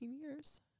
years